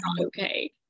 okay